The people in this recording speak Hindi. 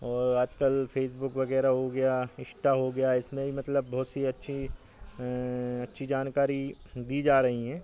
और आज कल फ़ेसबुक वग़ैरह हो गया है इंष्टा हो गया इसमें ही मतलब बहुत सी अच्छी अच्छी जानकारी दी जा रही हैं